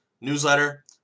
newsletter